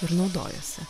ir naudojosi